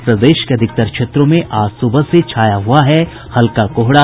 और प्रदेश के अधिकतर क्षेत्रों में आज सुबह से छाया हुआ है हल्का कोहरा